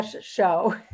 show